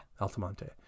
Altamonte